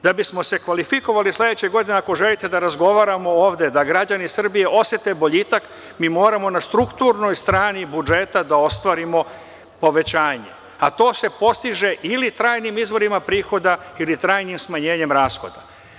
Da bismo se kvalifikovali sledeće godine, ako želite da razgovaramo ovde, da građani Srbije osete boljitak, mi moramo na strukturnoj strani budžeta da ostvarimo povećanje, a to se postiže ili trajnim izvorima prihoda ili trajnim smanjenjem rashoda.